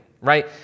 Right